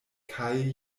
kaj